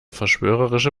verschwörerische